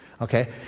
Okay